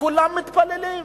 כולם מתפללים.